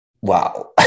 Wow